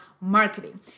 marketing